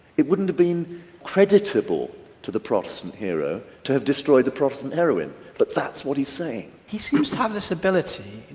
it wouldn't have been creditable to the protestant hero to have destroyed the protestant heroine, but that's what he's saying. he seems to have this ability.